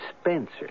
Spencer